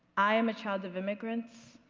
i am a child of immigrants,